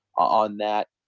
on that.